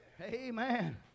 Amen